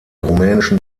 rumänischen